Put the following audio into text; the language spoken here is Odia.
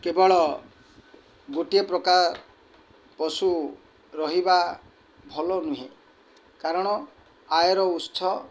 କେବଳ ଗୋଟିଏ ପ୍ରକାର ପଶୁ ରହିବା ଭଲ ନୁହେଁ କାରଣ ଆୟର ଉତ୍ସ